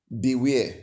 Beware